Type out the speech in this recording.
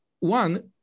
One